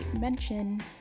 mention